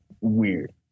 weird